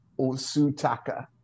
Osutaka